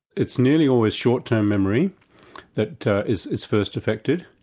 it's nearly always short-term memory that is is first affected,